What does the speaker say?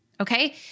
Okay